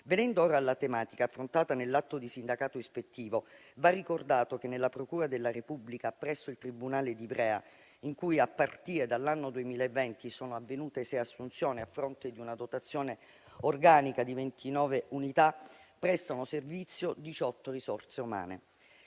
Venendo ora alla tematica affrontata nell'atto di sindacato ispettivo, va ricordato che nella procura della Repubblica presso il tribunale di Ivrea, in cui, a partire dall'anno 2020, sono avvenute sei assunzioni a fronte di una dotazione organica di 29 unità, prestano servizio 18 risorse umane.